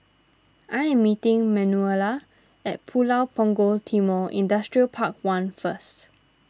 I am meeting Manuela at Pulau Punggol Timor Industrial Park one first